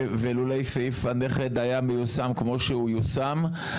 ולולא סעיף הנכד היה מיושם כמו שהוא יושם,